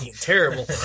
terrible